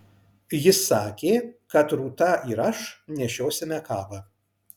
jis sakė kad rūta ir aš nešiosime kavą